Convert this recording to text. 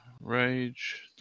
rage